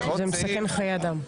זה מסכן חיי אדם.